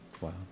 Wow